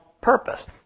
purpose